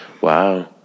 wow